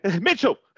Mitchell